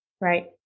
Right